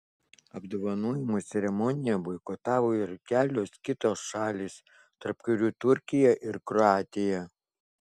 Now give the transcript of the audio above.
apdovanojimų ceremoniją boikotavo ir kelios kitos šalys tarp kurių turkija ir kroatija